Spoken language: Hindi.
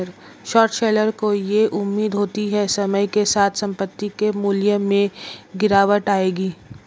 शॉर्ट सेलर को यह उम्मीद होती है समय के साथ संपत्ति के मूल्य में गिरावट आएगी